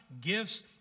gifts